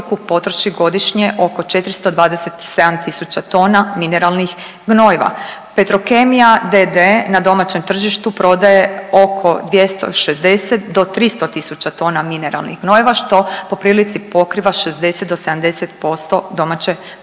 potroši godišnje oko 427 tisuća tona mineralnih gnojiva. Petrokemija d.d. na domaćem tržištu prodaje oko 260 do 300 tisuća tona mineralnih gnojiva što po prilici pokriva 60 do 70% domaće potrošnje.